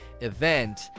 event